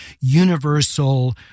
universal